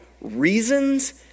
reasons